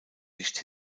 nicht